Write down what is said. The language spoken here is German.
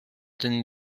denn